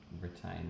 retain